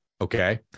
okay